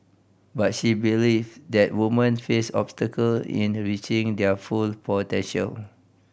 but she believe that women face obstacle in reaching their full potential